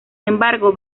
embargo